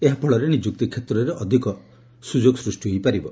ଏହା ଫଳରେ ନିଯୁକ୍ତି କ୍ଷେତ୍ରରେ ଅଧିକ ସୁଯୋଜ ସୃଷ୍ଟି ହୋଇପାରିବ